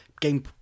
game